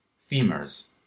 Femurs